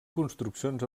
construccions